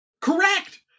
Correct